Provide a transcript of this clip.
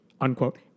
Unquote